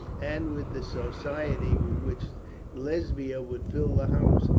and with the society with which lesbia would fill the house,